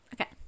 Okay